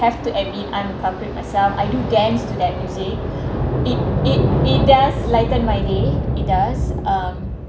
have to admit I'm public myself I do dance to that music it it it does lightened my day it does uh